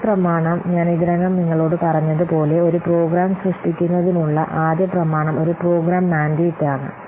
ആദ്യ പ്രമാണം ഞാൻ ഇതിനകം നിങ്ങളോട് പറഞ്ഞതുപോലെ ഒരു പ്രോഗ്രാം സൃഷ്ടിക്കുന്നതിനുള്ള ആദ്യ പ്രമാണം ഒരു പ്രോഗ്രാം മാൻഡേറ്റാണ്